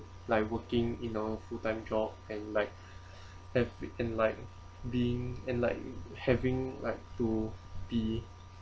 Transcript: like working in a full time job and like have and like being and like having like to be